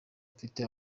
mfite